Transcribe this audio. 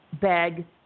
beg